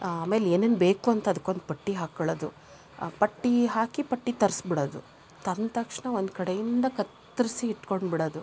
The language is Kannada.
ಆಮೇಲೆ ಏನೇನು ಬೇಕು ಅಂತ ಅದಕ್ಕೊಂದು ಪಟ್ಟಿ ಹಾಕ್ಕೊಳದು ಆ ಪಟ್ಟಿ ಹಾಕಿ ಪಟ್ಟಿ ತರಿಸ್ಬಿಡೋದು ತಂದ ತಕ್ಷಣ ಒಂದು ಕಡೆಯಿಂದ ಕತ್ತರಿಸಿ ಇಟ್ಕೊಂಡು ಬಿಡೋದು